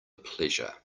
pleasure